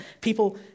people